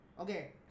Okay